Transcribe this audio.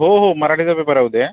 हो हो मराठीचा पेपर आहे उद्या